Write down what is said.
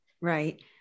right